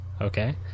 Okay